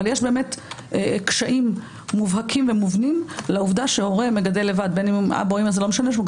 אבל יש קשיים מובהקים ומובנים לעובדה שהורה מגדל לבד ילדים,